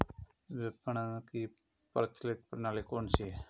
विपणन की प्रचलित प्रणाली कौनसी है?